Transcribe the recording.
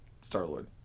Star-Lord